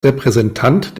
repräsentant